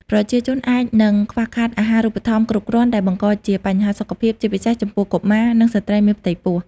ប្រជាជនអាចនឹងខ្វះខាតអាហាររូបត្ថម្ភគ្រប់គ្រាន់ ដែលបង្កជាបញ្ហាសុខភាព ជាពិសេសចំពោះកុមារ និងស្ត្រីមានផ្ទៃពោះ។